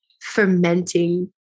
fermenting